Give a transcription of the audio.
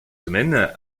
semaines